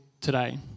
today